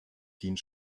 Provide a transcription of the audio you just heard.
dient